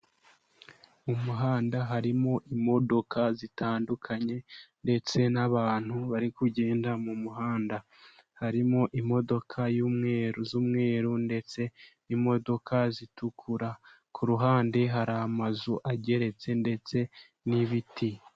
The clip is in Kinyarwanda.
Mu muhanda harimo imodoka zitandukanye ndetse n'abantu bari kugenda mu muhanda, harimo imodoka y'umweru z'umweru ndetse n'imodoka zitukura ku ruhande hari amazu ageretse ndetse n'ibiti.